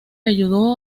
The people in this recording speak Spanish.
ayudó